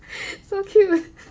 so cute